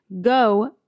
go